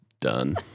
done